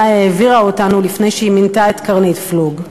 העבירה אותנו לפני שהיא מינתה את קרנית פלוג.